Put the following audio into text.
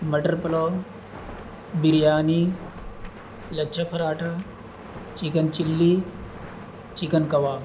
مٹر pulao biryani lachha paratha chicken chilli chicken کباب